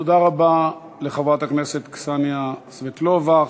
תודה רבה לחברת הכנסת קסניה סבטלובה.